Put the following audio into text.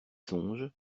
songes